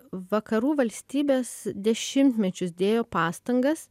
vakarų valstybės dešimtmečius dėjo pastangas